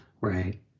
Right